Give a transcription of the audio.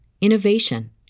innovation